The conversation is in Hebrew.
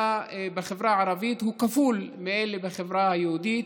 בחברה הערבית הוא כפול מאלה בחברה היהודית,